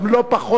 גם לא פחות.